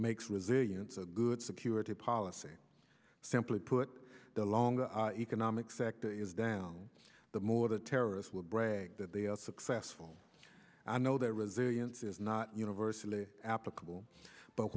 makes resilience a good security policy simply put the longer economic sector is down the more the terrorists will brag that they are successful i know that resilience is not universally applicable but